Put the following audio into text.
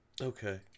Okay